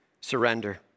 Surrender